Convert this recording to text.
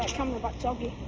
camera back to oggy.